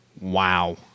Wow